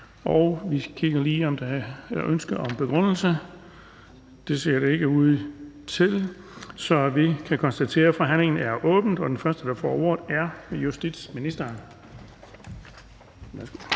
Vi kigger lige, om der er et ønske om en begrundelse. Det ser det ikke ud til. Så vi kan konstatere, at forhandlingen er åbnet, og den første, der får ordet, er justitsministeren.